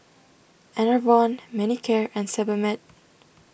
Enervon Manicare and Sebamed